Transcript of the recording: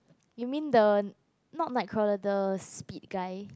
you mean the not Nightcrawler the speed guy